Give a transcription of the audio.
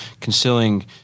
concealing